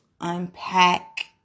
unpack